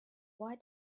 why